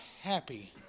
happy